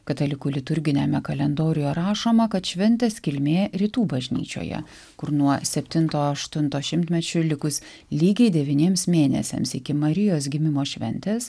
katalikų liturginiame kalendoriuje rašoma kad šventės kilmė rytų bažnyčioje kur nuo septinto aštunto šimtmečių likus lygiai devyniems mėnesiams iki marijos gimimo šventės